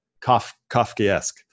Kafkaesque